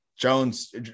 jones